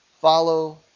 follow